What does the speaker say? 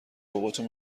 باباتو